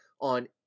on